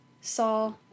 saw